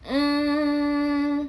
mm